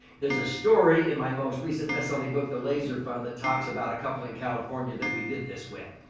there's a story in my most recent bestselling book the laser fund that talks about a couple in california that we did this with.